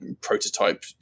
prototype